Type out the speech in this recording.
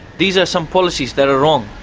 these are some policies that are wrong.